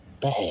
bad